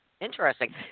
Interesting